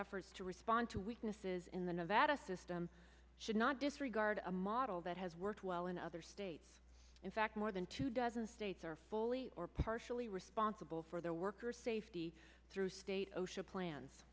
efforts to respond to weaknesses in the nevada system should not disregard a model that has worked well in other states in fact more than two dozen states are fully or partially responsible for their workers safety through state